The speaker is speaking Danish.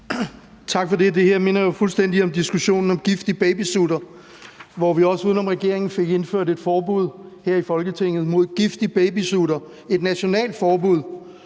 Tak for det. Det her minder jo fuldstændig om diskussionen om giftige babysutter, hvor vi også uden om regeringen fik indført et forbud her i Folketinget mod giftige babysutter – et nationalt forbud.